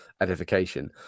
edification